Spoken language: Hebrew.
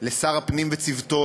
לשר הפנים וצוותו,